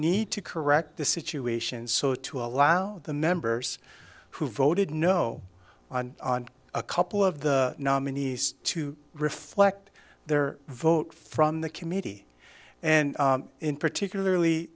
need to correct the situation so to allow the members who voted no on a couple of the nominees to reflect their vote from the committee and in particularly